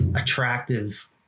attractive